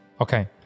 Okay